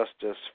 justice